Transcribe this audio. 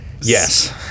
yes